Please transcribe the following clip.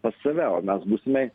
pas save o mes būsime